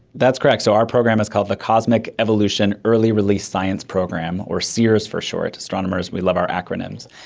that's correct. so our program is called the cosmic evolution early release science program or ceers for short. astronomers, we love our acronyms!